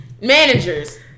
Managers